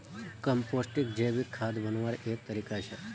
composting जैविक खाद बन्वार एक तरीका छे